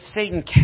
Satan